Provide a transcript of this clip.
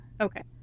Okay